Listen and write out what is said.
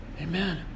Amen